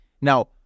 Now